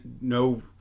no